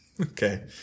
Okay